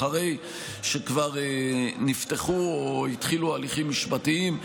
אחרי שכבר נפתחו או התחילו הליכים משפטיים,